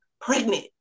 pregnant